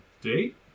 date